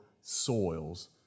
soils